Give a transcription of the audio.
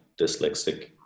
dyslexic